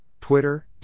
Twitter